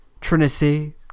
Trinity